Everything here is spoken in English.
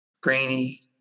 grainy